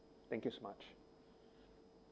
thank you so much